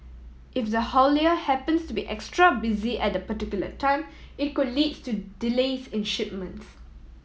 if the haulier happens to be extra busy at the particular time it could leads to delays in shipments